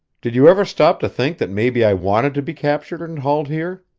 did you ever stop to think that maybe i wanted to be captured and hauled here?